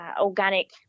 organic